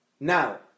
Now